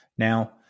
Now